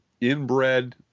inbred